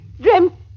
Dream